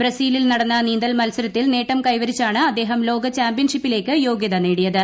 ബ്രസീലിൽ നടന്ന നീന്തൽ മത്സരത്തിൽ നേട്ടം കൈവരിച്ചാണ് അദ്ദേഹം ലോക ചാമ്പ്യൻഷിപ്പിലേക്ക് യോഗൃത നേടിയത്